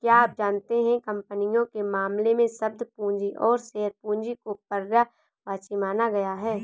क्या आप जानते है कंपनियों के मामले में, शब्द पूंजी और शेयर पूंजी को पर्यायवाची माना गया है?